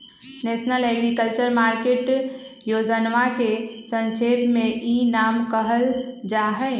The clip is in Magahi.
नेशनल एग्रीकल्चर मार्केट योजनवा के संक्षेप में ई नाम कहल जाहई